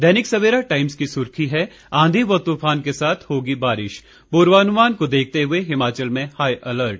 दैनिक Savera Times की सुर्खी है आंधी व तूफान के साथ होगी बारिश पूर्वानुमान को देखते हुए हिमाचल में हाई अलर्ट